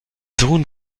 sohn